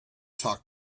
talk